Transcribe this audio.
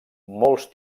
molts